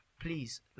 please